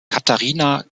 katharina